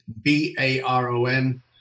B-A-R-O-N